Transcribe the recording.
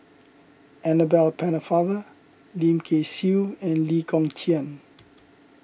Annabel Pennefather Lim Kay Siu and Lee Kong Chian